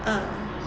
ah